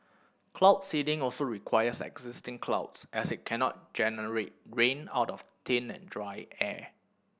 cloud seeding also requires existing clouds as it cannot generate rain out of thin and dry air